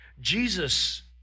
Jesus